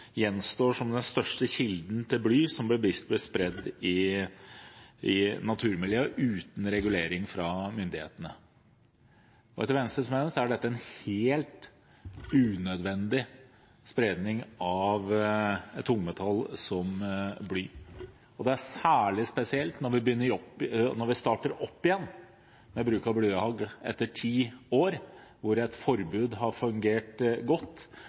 som den største kilden til bly som bevisst blir spredd i naturmiljøet uten regulering fra myndighetene. Etter Venstres mening er dette en helt unødvendig spredning av et tungmetall som bly. Det er særlig spesielt når vi starter opp igjen med bruk av blyhagl etter ti år hvor et forbud har fungert godt,